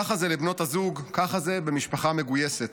ככה זה לבנות הזוג, ככה זה במשפחה מגויסת.